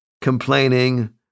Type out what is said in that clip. complaining